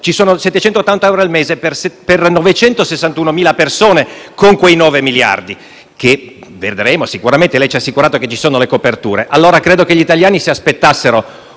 ci sono 780 euro al mese per 961.000 persone, con quei 9 miliardi per i quali lei ci ha assicurato che ci sono le coperture. Allora, io credo che gli italiani si aspettassero